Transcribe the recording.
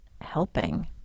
helping